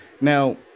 Now